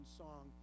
song